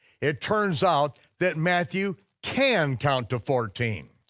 it turns out that matthew can count to fourteen.